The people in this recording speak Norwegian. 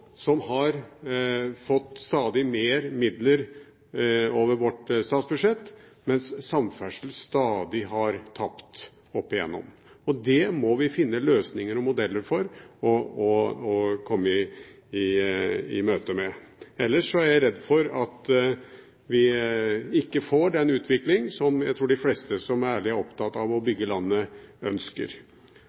som har fått stadig mer midler over vårt statsbudsjett, mens samferdsel stadig har tapt opp gjennom årene. Det må vi finne løsninger og modeller for og komme i møte. Ellers er jeg redd for at vi ikke får den utvikling som jeg tror de fleste som ærlig er opptatt av å bygge landet, ønsker,